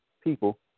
people